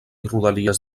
rodalies